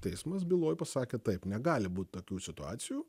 teismas byloj pasakė taip negali būt tokių situacijų